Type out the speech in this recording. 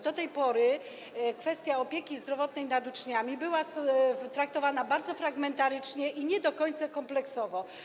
Do tej pory kwestia opieki zdrowotnej nad uczniami była traktowana bardzo fragmentarycznie i nie do końca kompleksowo.